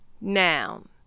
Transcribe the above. noun